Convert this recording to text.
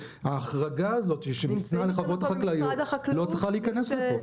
שההחרגה הזאת שניתנה לחוות החקלאיות לא צריכה להיכנס לפה.